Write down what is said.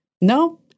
no